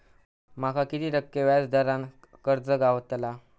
माका किती टक्के व्याज दरान कर्ज गावतला?